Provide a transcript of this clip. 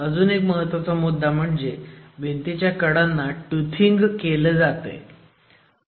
अजून एक महत्वाचा मुद्दा म्हणजेभिंतीच्या कडांना टूथिंग केलं जातंय